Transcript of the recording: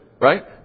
right